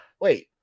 wait